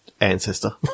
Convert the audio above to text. ancestor